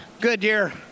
Goodyear